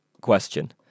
question